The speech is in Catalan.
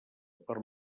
per